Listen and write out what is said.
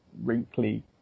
wrinkly